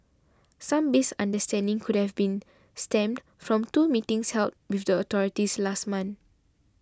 some misunderstanding could have been stemmed from two meetings held with the authorities last month